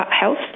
health